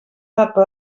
data